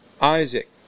Isaac